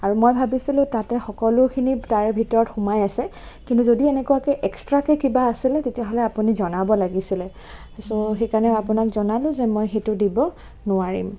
আৰু মই ভাবিছিলোঁ তাতে সকলোখিনি তাৰে ভিতৰত সোমাই আছে কিন্তু যদি এনেকুৱাকৈ এক্সট্ৰাকৈ কিবা আছিলে তেতিয়াহ'লে আপুনি জনাব লাগিছিলে ছ' সেইকাৰণে আপোনাক জনালো যে মই সেইটো দিব নোৱাৰিম